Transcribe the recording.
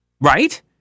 Right